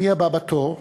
מי הבא בתור,